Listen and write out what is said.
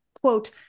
quote